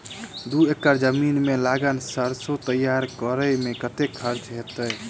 दू एकड़ जमीन मे लागल सैरसो तैयार करै मे कतेक खर्च हेतै?